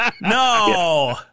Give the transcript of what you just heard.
No